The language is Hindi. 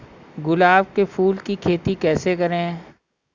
गुलाब के फूल की खेती कैसे करें?